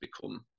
become